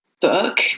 book